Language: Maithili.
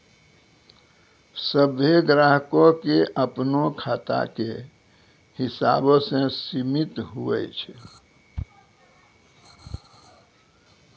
सभ्भे ग्राहको के अपनो खाता के हिसाबो से सीमित हुवै छै